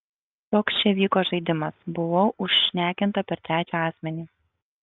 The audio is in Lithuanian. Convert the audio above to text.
toks čia vyko žaidimas buvau užšnekinta per trečią asmenį